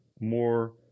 more